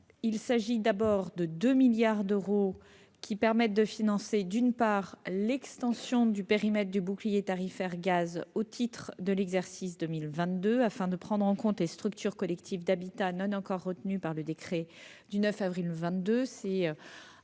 Tout d'abord, 2 milliards d'euros permettent de financer l'extension du périmètre du bouclier tarifaire gaz au titre de l'exercice 2022, afin de prendre en compte les structures collectives d'habitat non encore retenues par le décret du 9 avril 2022. C'est l'un